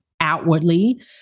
outwardly